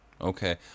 Okay